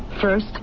First